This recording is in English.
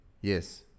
Yes